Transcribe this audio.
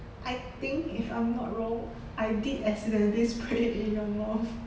I think if I'm not wrong I did accidentally spray it in your month